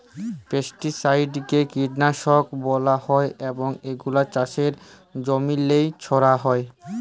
পেস্টিসাইডকে কীটলাসক ব্যলা হ্যয় এবং এগুলা চাষের জমিল্লে ছড়াল হ্যয়